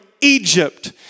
Egypt